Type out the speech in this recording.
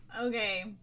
Okay